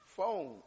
phone